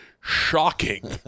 shocking